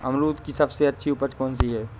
अमरूद की सबसे अच्छी उपज कौन सी है?